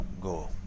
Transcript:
go